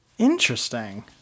Interesting